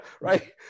right